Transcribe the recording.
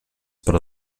però